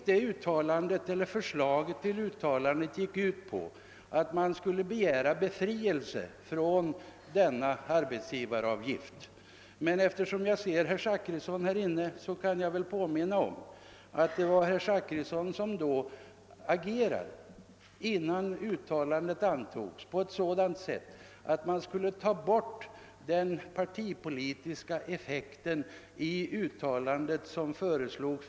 Detta förslag till uttalande innebar att man skulle begära befrielse från denna arbetsgivaravgift. Eftersom jag ser att herr Zachrisson är i kammaren kan jag påminna om att det var herr Zachrisson som innan uttalandet antogs arbetade för att man skulle försöka ta bort den partipolitiska effekten i förslaget till uttalande.